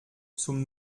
zum